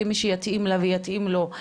למי שיתאים לה ויתאים לו,